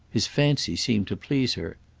his fancy seemed to please her.